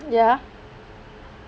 ya